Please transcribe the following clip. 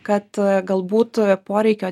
kad galbūt poreikio